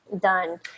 done